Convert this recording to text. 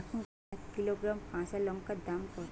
এখন এক কিলোগ্রাম কাঁচা লঙ্কার দাম কত?